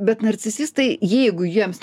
bet narcisistai jeigu jiems